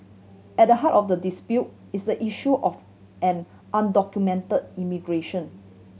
at the heart of the dispute is the issue of an undocument immigration